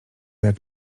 jak